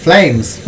Flames